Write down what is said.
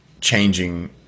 changing